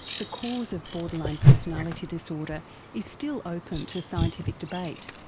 the cause of borderline personality disorder is still open to scientific debate,